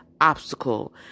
obstacle